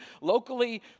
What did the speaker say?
locally